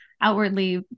outwardly